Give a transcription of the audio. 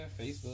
Facebook